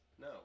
No